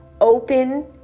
open